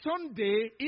Sunday